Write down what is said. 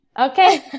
Okay